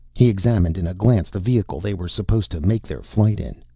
he examined in a glance the vehicle they were supposed to make their flight in.